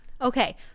okay